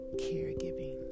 caregiving